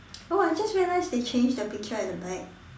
oh I just realized they changed the picture at the back